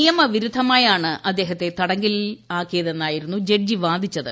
നിയമവിരുദ്ധമായാണ് ഇദ്ദേഹത്തെ തടങ്കലിലാക്കിയതെന്നായിരുന്നു ജഡ്ജി വാദിച്ചത്